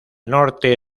norte